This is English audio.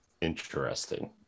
interesting